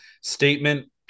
statement